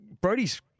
Brody's